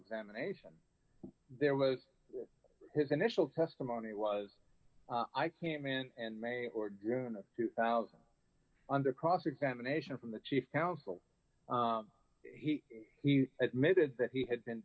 examination there was his initial testimony was i can't mint and may or june of two thousand under cross examination from the chief counsel he admitted that he had been